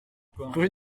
rue